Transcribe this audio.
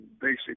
basic